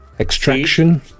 Extraction